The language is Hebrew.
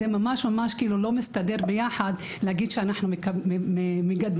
זה לא מסתדר ביחד להגיד שאנחנו מגדלים